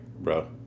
bro